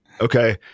Okay